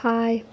hi